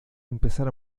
empezar